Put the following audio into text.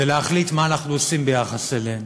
ולהחליט מה אנחנו עושים ביחס אליהן.